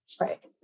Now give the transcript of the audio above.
Right